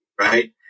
Right